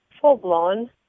full-blown